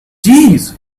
jeez